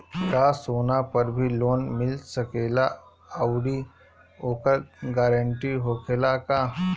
का सोना पर भी लोन मिल सकेला आउरी ओकर गारेंटी होखेला का?